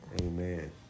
Amen